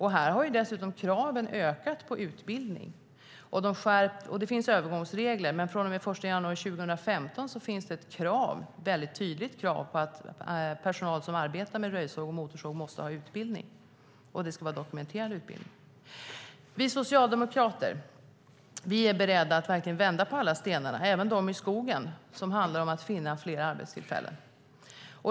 Här har dessutom kravet på utbildning ökat. Det finns övergångsregler, men från och med den 1 januari 2015 finns det ett väldigt tydligt krav på att personal som arbetar med röjsåg och motorsåg måste ha dokumenterad utbildning. Vi socialdemokrater är beredda att verkligen vända på alla stenar, även dem som finns i skogen, som handlar om att finna fler arbetstillfällen.